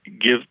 give